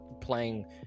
playing